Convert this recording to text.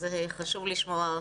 חשוב לשמוע,